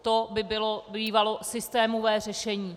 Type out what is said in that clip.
To by bylo bývalo systémové řešení.